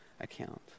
account